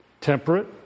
temperate